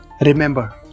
Remember